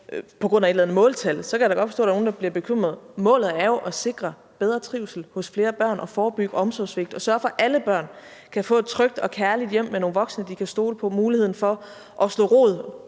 på grund af et eller andet måltal, så kan jeg da godt forstå, at der er nogle, der bliver bekymret. Målet er jo at sikre bedre trivsel hos flere børn og forebygge omsorgssvigt og sørge for, at alle børn kan få et trygt og kærligt hjem med nogle voksne, de kan stole på, muligheden for at slå rod,